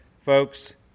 Folks